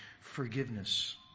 forgiveness